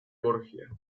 borgia